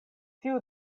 tiu